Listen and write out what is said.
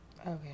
Okay